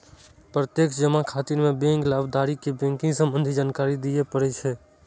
प्रत्यक्ष जमा खातिर बैंक कें लाभार्थी के बैंकिंग संबंधी जानकारी दियै पड़ै छै